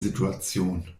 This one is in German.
situation